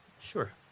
Sure